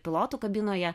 pilotų kabinoje